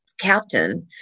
Captain